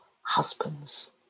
husbands